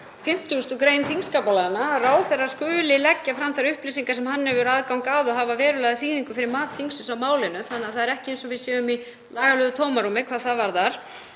í 50. gr. þingskapalaga, að ráðherra skuli leggja fram þær upplýsingar sem hann hefur aðgang að og hafa verulega þýðingu fyrir mat þingsins á málinu. Það er ekki eins og við séum í lagalegu tómarúmi hvað það varðar.